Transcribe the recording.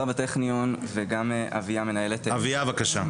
אביה, בבקשה.